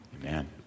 Amen